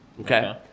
Okay